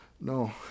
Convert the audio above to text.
No